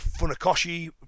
Funakoshi